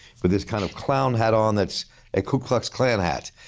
with his kind of clown hat on that's a ku klux klan hat,